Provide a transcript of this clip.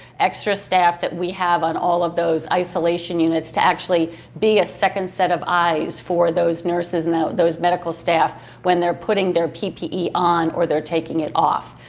extra staff that we have on all of those isolation units to actually be a second set of eyes for those nurses and those medical staff when they're putting their ppe on or they're taking it off,